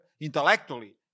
intellectually